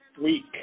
Week